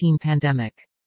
pandemic